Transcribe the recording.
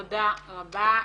תודה רבה.